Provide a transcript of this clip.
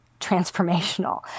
transformational